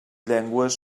llengües